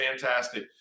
fantastic